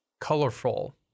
colorful